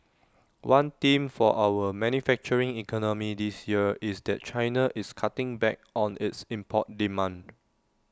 one theme for our manufacturing economy this year is that China is cutting back on its import demand